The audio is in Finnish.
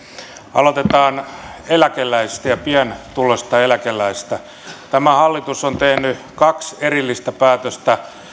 aloitetaan eläkeläisistä ja pienituloisista eläkeläisistä tämä hallitus on tehnyt kaksi erillistä päätöstä